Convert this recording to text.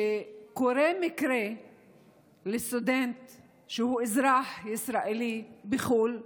שכשקורה מקרה לסטודנט שהוא אזרח ישראלי בחו"ל,